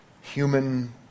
human